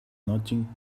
nothing